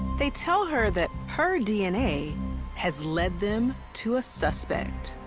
they tell her that her dna has led them to a suspect.